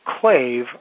clave